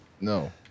No